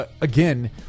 again